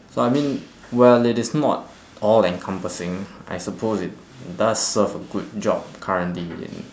so I mean well it is not all encompassing I suppose it does serve a good job currently in